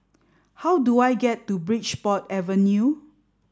how do I get to Bridport Avenue